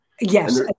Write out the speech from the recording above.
Yes